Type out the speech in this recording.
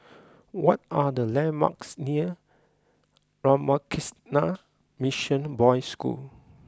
what are the landmarks near Ramakrishna Mission Boys' School